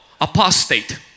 apostate